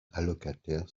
allocataires